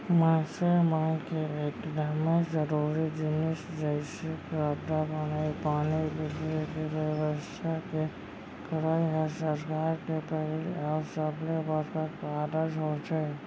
मनसे मन के एकदमे जरूरी जिनिस जइसे रद्दा बनई, पानी, बिजली, के बेवस्था के करई ह सरकार के पहिली अउ सबले बड़का कारज होथे